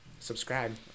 subscribe